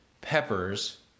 peppers